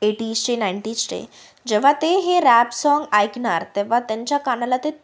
एटीजचे नाईंटीजचे जेव्हा ते हे रॅप साँग ऐकणार तेव्हा त्यांच्या कानाला ते